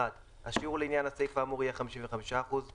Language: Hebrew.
השיעור לעניין הסעיף האמור יהיה 55 אחוזים.